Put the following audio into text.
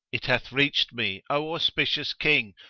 it hath reached me, o auspicious king,